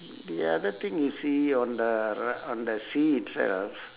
ya that thing you see on the ri~ on the sea itself